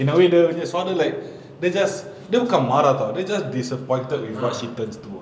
in a way dia punya suara like they just dia bukan marah [tau] dia just disappointed with what she turns to ah